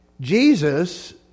Jesus